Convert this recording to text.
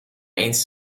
eens